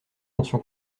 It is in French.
mention